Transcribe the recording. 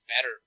better